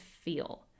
feel